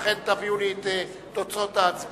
לכן, תביאו לי את תוצאות ההצבעה.